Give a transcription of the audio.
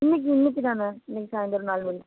இன்றைக்கி இன்றைக்கிதான்ண இன்றைக்கி சாயந்தரம் நாலு மணிக்கு